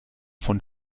von